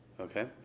okay